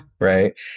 right